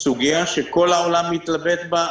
זו סוגיה שכל העולם מתלבט בה,